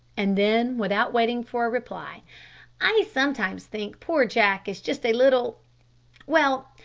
and then without waiting for a reply i sometimes think poor jack is just a little well,